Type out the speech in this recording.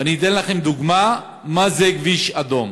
ואני אתן לכם דוגמה מה זה כביש אדום.